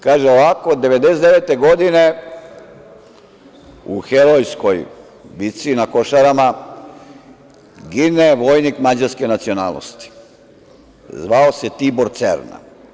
Kaže ovako, 1999. godine u herojskoj bici na Košarama gine vojnik mađarske nacionalnosti, zvao se Tibor Cerna.